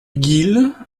guil